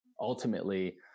ultimately